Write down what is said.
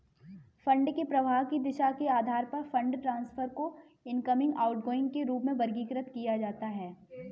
fund के प्रवाह की दिशा के आधार पर फंड ट्रांसफर को इनकमिंग, आउटगोइंग के रूप में वर्गीकृत किया जाता है